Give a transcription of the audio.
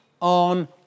on